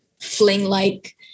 fling-like